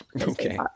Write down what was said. okay